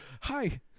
hi